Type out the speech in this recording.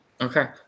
Okay